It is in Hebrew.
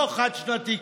לא חד-שנתי,